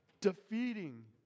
Defeating